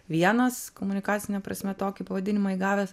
vienas komunikacine prasme tokį pavadinimą įgavęs